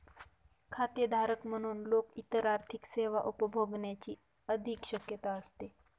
खातेधारक म्हणून लोक इतर आर्थिक सेवा उपभोगण्याची अधिक शक्यता असते